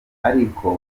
ariko